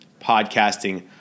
podcasting